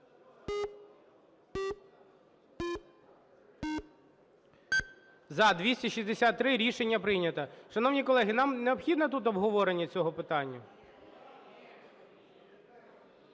За-263 Рішення прийнято. Шановні колеги, нам необхідно тут обговорення цього питання?